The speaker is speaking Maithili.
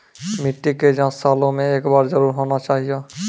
मिट्टी के जाँच सालों मे एक बार जरूर होना चाहियो?